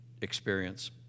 experience